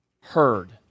heard